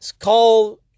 call